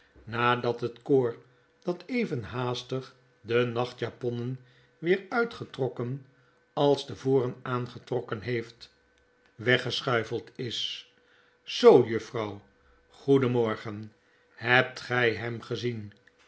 nadat het koor dat even haastig de nachtjaponnen weer uitgetrokken als te voren aangetrokken heeft weggeschuifeld is zoo juffrouw goedenmorgen hebt gij hem gezien